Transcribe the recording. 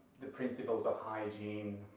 the principles of hygiene,